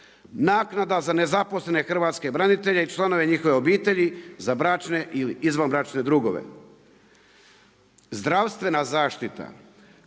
naknada za nezaposlene hrvatske branitelje i članove njihovih obitelji, za bračne ili izvanbračne drugove. Zdravstvena zaštita,